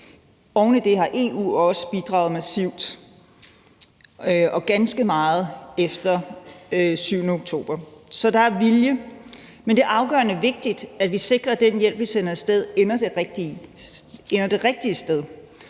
Oven i det har EU også bidraget massivt og ganske meget efter den 7. oktober. Så der er vilje, men det er afgørende vigtigt, at vi sikrer, at den hjælp, vi sender af sted, ender det rigtige sted,